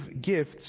gifts